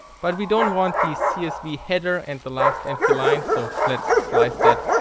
but we don't want the csv header and the last empty line, so let's slice that.